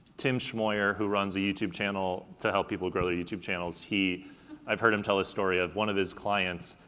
tim schmoyer, who runs the youtube channel, to help people grow their youtube channels, i've heard him tell this story of one of his clients,